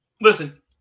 Listen